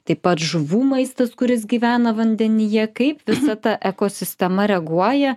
taip pat žuvų maistas kuris gyvena vandenyje kaip visa ta ekosistema reaguoja